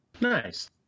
Nice